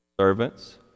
servants